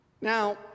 Now